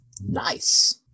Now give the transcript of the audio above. Nice